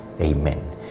Amen